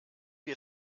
wir